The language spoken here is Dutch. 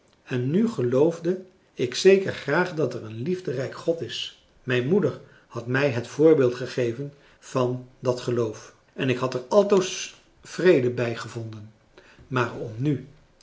en nu geloofde ik zeker graag dat er een liefderijk god is mijn moeder françois haverschmidt familie en kennissen had mij het voorbeeld gegeven van dat geloof en ik had er altoos vrede bij gevonden maar om nu